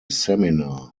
seminar